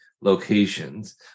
locations